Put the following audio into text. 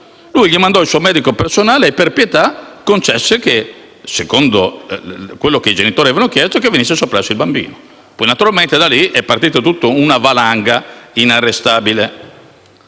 Egli mandò il proprio medico personale e, per pietà, concesse - secondo quanto i genitori avevano chiesto - che venisse soppresso il bambino. Poi, naturalmente, da lì è partita tutta una valanga inarrestabile.